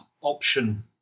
option